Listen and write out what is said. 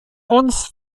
uns